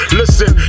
listen